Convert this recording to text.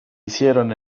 hicieron